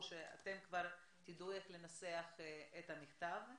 או שאתם כבר תדעו איך לנסח את המכתב.